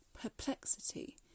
perplexity